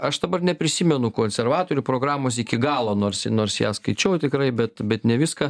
aš dabar neprisimenu konservatorių programos iki galo nors nors ją skaičiau tikrai bet bet ne viską